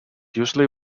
usually